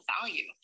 value